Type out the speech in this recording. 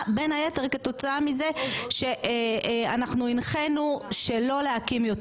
בין היתר כתוצאה מזה שאנחנו הנחינו שלא להקים יותר